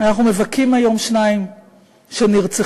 אנחנו מבכים היום שניים שנרצחו